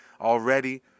already